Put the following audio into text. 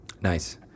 nice